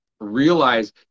realize